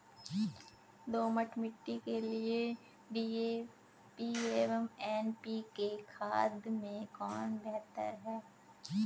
दोमट मिट्टी के लिए डी.ए.पी एवं एन.पी.के खाद में कौन बेहतर है?